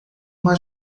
uma